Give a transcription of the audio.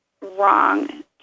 wrong